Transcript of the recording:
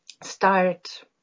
start